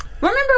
remember